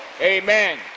amen